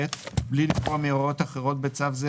בלי לגרוע מהוראות אחרות בצו זה,